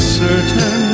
certain